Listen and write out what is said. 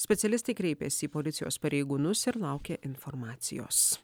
specialistai kreipėsi į policijos pareigūnus ir laukia informacijos